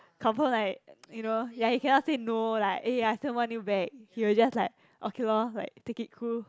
confirm like you know ya he cannot say no like eh I still want you back he will just like okay lor like take it cool